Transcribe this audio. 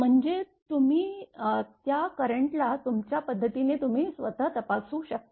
म्हणजे तुम्ही त्या करंटला तुमच्या पद्धतीने तुम्ही स्वत तपासू शकता